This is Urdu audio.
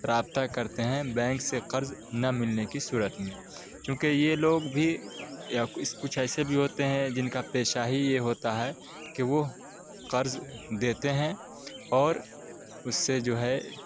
رابطہ کرتے ہیں بینک سے قرض نہ ملنے کی صورت میں چونکہ یہ لوگ بھی کچھ ایسے بھی ہوتے ہیں جن کا پیشہ ہی یہ ہوتا ہے کہ وہ قرض دیتے ہیں اور اس سے جو ہے